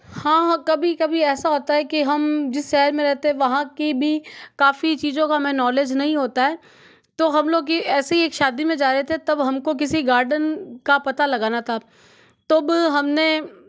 हाँ हाँ कभी कभी ऐसा होता है कि हम जिस शहर में रहते वहाँ की भी काफ़ी चीज़ों का हमें नॉलेज नहीं होता है तो हम लोग ये ऐसे ही एक शादी में जा रहे थे तब हमको किसी गार्डन का पता लगाना था तब हमने